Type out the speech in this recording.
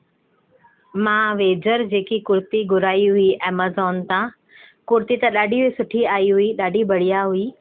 मां वेझर जेकी कुर्ती घुराई हुई एमेज़ॉन तां कुर्ती त ॾाढी सुठी आई हुई ॾाढी बढ़िया हुई